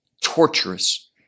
torturous